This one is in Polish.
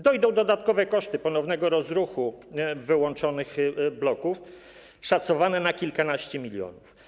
Dojdą dodatkowe koszty rozruchu wyłączonych bloków, szacowne na kilkanaście milionów.